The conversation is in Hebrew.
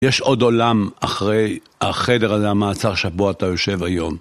יש עוד עולם אחרי החדר הזה, המעצר שבו אתה יושב היום.